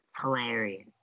Hilarious